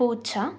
പൂച്ച